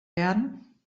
werden